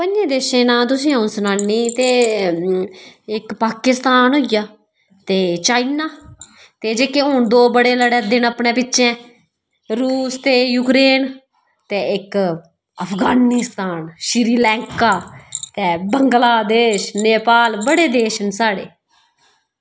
पंजें देशें नांऽ तुसें अ'ऊं सनान्नी ते इक पाकिस्तान होई गेआ ते चाइना ते जेह्के हून बड़े लड़ै दे न अपने बिच्चैं रूस ते जुकरेन ते इक अफगानिस्तान श्रीलैंका ते बंगलादेश नेपाल बड़े देश न साढ़े